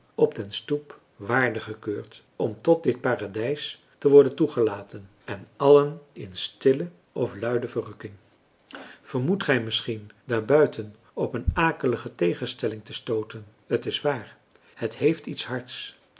op den stoep waardig gekeurd om tot dit paradijs te worden toegelaten en allen in stille of luide verrukking vermoedt gij misschien daarbuiten op een akelige tegenstelling te stooten t is waar het heeft iets hards